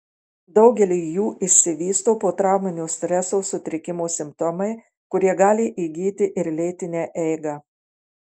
daugeliui jų išsivysto potrauminio streso sutrikimo simptomai kurie gali įgyti ir lėtinę eigą